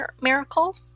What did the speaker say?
miracle